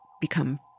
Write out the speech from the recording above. become